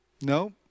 No